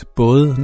både